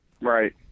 Right